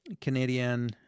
Canadian